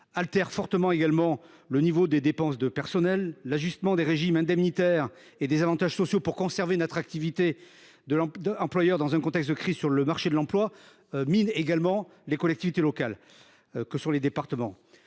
altèrent fortement le niveau des dépenses de personnel. L’ajustement des régimes indemnitaires et des avantages sociaux, mis en œuvre pour conserver l’attractivité des employeurs publics, dans un contexte de crise sur le marché de l’emploi, mine également les collectivités locales que sont les départements.